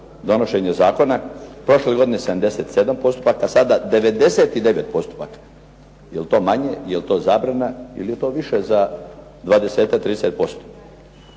donošenja zakona. Prošle godine 77 postupaka, a sada 99 postupaka. Jeli to manje? Je li to zabrana? Ili je to više za 20, 30%?